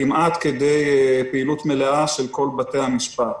כמעט עד כדי פעילות מלאה של כל בתי המשפט.